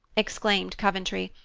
exclaimed coventry,